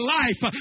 life